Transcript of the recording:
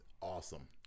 awesome